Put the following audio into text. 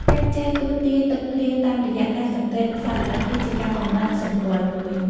ការចេះទស្សន៍ទាយទឹកភ្លៀងតាមរយៈការសង្កេតសត្វល្អិត គឺជាការកំណត់សម្គាល់មួយ។